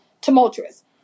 tumultuous